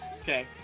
Okay